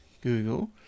Google